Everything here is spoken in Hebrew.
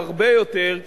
והרבה יותר,